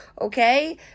okay